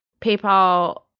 paypal